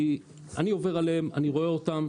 אני עובר עליהם, אני רואה אותם.